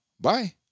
Bye